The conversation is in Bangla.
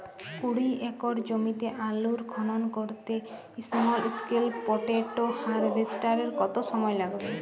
কুড়ি একর জমিতে আলুর খনন করতে স্মল স্কেল পটেটো হারভেস্টারের কত সময় লাগবে?